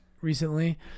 recently